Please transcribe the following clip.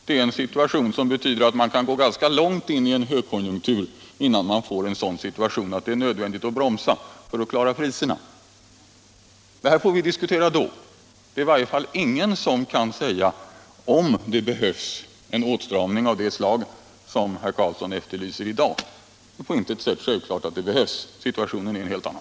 Det är en situation som betyder att man kan gå ganska långt in i en högkonjunktur innan man får en sådan situation att det är nödvändigt att bromsa för att klara priserna. Detta får vi emellertid diskutera senare. Ingen kan i varje fall säga om det behövs en åtstramning av det slag som herr Carlsson i debatt 9” Allmänpolitisk debatt dag efterlyser. Det är inte självklart att den behövs. Situationen är en helt annan.